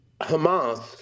Hamas